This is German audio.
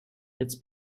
jetzt